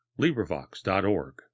LibriVox.org